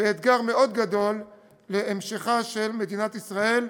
ואתגר מאוד גדול להמשכה של מדינת ישראל,